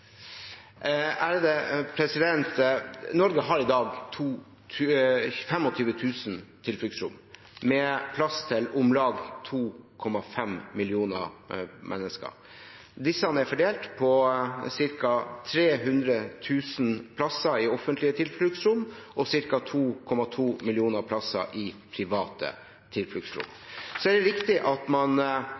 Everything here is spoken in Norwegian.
2,5 millioner mennesker. Disse er fordelt på ca. 300 000 plasser i offentlige tilfluktsrom og ca. 2,2 millioner plasser i private tilfluktsrom. Det er riktig at man